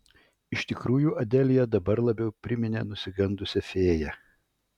iš tikrųjų adelija dabar labiau priminė nusigandusią fėją